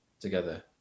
together